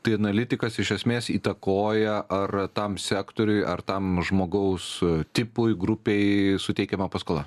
tai analitikas iš esmės įtakoja ar tam sektoriui ar tam žmogaus tipui grupei suteikiama paskola